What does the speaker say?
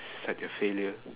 such a failure